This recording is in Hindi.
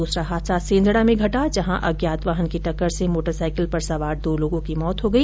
दूसरा हादसा सेंदड़ा में घटा जहां अज्ञात वाहन की टक्कर से मोटर साइकिल पर सवार दो लोगों की मौत हो गई